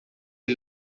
ele